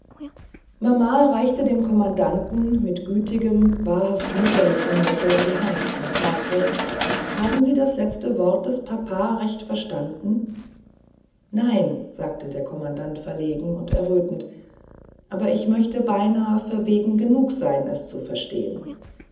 mama reichte dem kommandanten mit gütigem wahrhaft mütterlichem lächeln die hand und sagte haben sie das letzte wort des papa recht verstanden nein sagte der kommandant verlegen und errötend aber ich möchte beinahe verwegen genug werden es zu verstehen